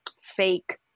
fake